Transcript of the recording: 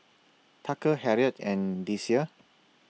Tucker Harriet and Deasia